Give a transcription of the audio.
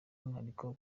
umwihariko